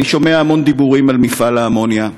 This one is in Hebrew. אני שומע המון דיבורים על מפעל האמוניה.